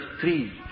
three